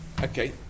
Okay